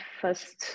first